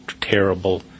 terrible